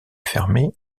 fermé